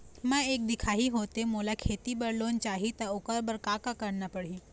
मैं एक दिखाही होथे मोला खेती बर लोन चाही त ओकर बर का का करना पड़ही?